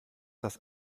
das